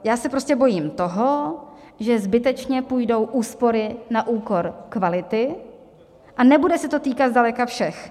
Já se prostě bojím toho, že zbytečně půjdou úspory na úkor kvality, a nebude se to týkat zdaleka všech.